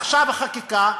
עכשיו החקיקה,